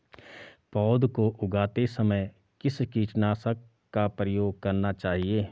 पौध को उगाते समय किस कीटनाशक का प्रयोग करना चाहिये?